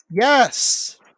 yes